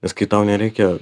nes kai tau nereikia